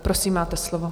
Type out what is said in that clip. Prosím, máte slovo.